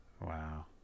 Wow